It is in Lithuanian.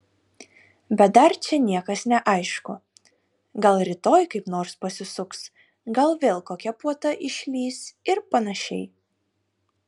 bet dar čia niekas neaišku gal rytoj kaip nors pasisuks gal vėl kokia puota išlįs ir panašiai